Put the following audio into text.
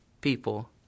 people